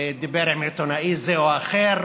דיבר עם עיתונאי זה או אחר,